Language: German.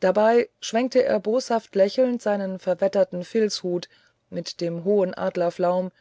dabei schwenkte er boshaft lächelnd seinen verwetterten filzhut mit dem hohen adlerflaum